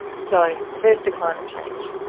so first to climate change.